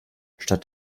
statt